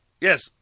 Yes